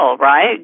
right